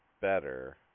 better